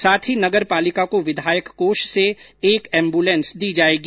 साथ ही नगर पालिका को विधायक कोष से एक एम्बुलेंस दी जाएगी